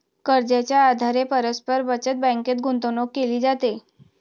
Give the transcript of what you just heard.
कर्जाच्या आधारे परस्पर बचत बँकेत गुंतवणूक केली जाते